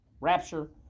rapture